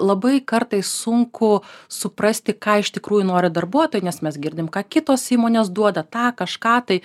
labai kartais sunku suprasti ką iš tikrųjų nori darbuotojai nes mes girdim ką kitos įmonės duoda tą kažką tai